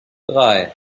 drei